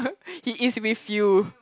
he is with you